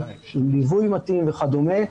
עם ליווי מתאים וכדומה,